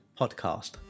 Podcast